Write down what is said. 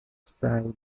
saiba